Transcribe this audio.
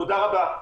תודה רבה.